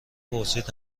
پرسید